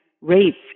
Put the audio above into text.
rates